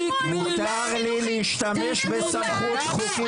תתנו -- מותר לי להשתמש בסמכות חוקית שלי,